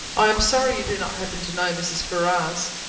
i am sorry you do not happen to know mrs. ferrars.